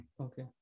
Okay